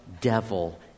devil